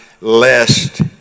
lest